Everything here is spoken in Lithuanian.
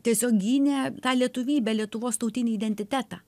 tiesiog gynė tą lietuvybę lietuvos tautinį identitetą